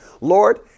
Lord